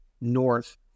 north